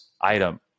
item